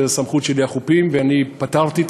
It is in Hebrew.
כשהסמכות על החופים היא שלי ופטרתי את